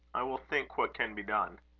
i will think what can be done.